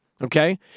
okay